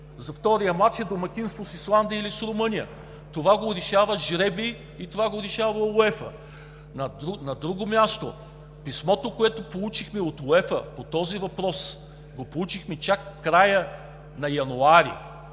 за втория мач домакинството е с Исландия или с Румъния. Това го решава жребий и го решава УЕФА. На друго място, писмото, което получихме от УЕФА по този въпрос, го получихме чак в края на януари